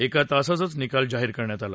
एका तासातच निकाल जाहीर करण्यात आला